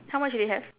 how much do you have